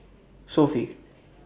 Sofy